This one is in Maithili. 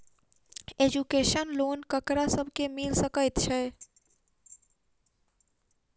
एजुकेशन लोन ककरा सब केँ मिल सकैत छै?